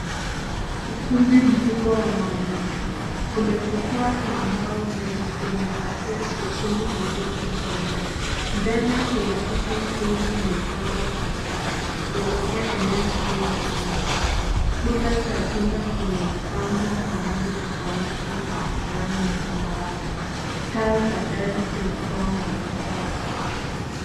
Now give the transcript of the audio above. Ukumbi mkubwa wa maonyesho. Kuna jukwaa la mbao mbele lenye pazia jekundu lililofungwa nyuma. Mbele kuna viti vingi vimepangwa kwa safu vikielekea eneo kuu la onyesho. Kuta za chumba zimepambwa kwa rangi tofauti za njano na samawati. Taa za dari zinatoa mwangaza wa kutosha.